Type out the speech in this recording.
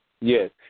Yes